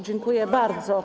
Dziękuję bardzo.